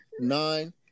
nine